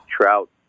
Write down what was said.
trout